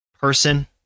person